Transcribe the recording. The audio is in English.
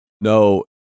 No